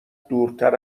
دورتر